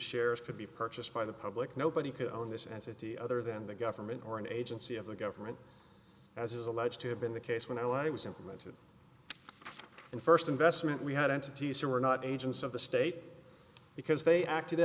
shares could be purchased by the public nobody could on this entity other than the government or an agency of the government as is alleged to have been the case when i was implemented in first investment we had entities who were not agents of the state because they acted